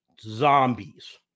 Zombies